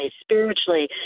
spiritually